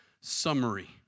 summary